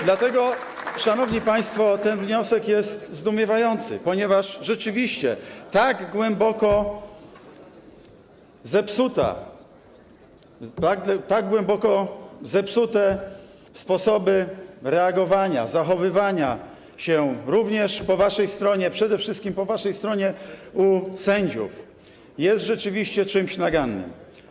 Dlatego, szanowni państwo, ten wniosek jest zdumiewający, ponieważ rzeczywiście tak głęboko zepsute sposoby reagowania, zachowywania się, również po waszej stronie, przede wszystkim po waszej stronie, u sędziów, są rzeczywiście czymś nagannym.